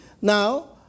Now